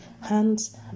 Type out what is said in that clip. hands